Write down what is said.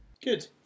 Good